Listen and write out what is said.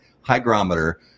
hygrometer